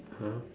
!huh!